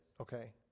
Okay